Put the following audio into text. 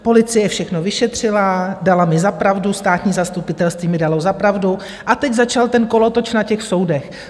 Policie všechno vyšetřila, dala mi za pravdu, státní zastupitelství mi dalo za pravdu a teď začal ten kolotoč na těch soudech.